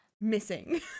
missing